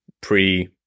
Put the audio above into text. pre-